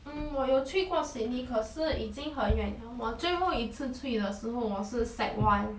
mm 我有去过 sydney 可是已经很远了我最后一次去的时候我是 sec one